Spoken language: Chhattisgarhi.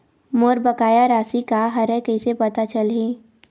मोर बकाया राशि का हरय कइसे पता चलहि?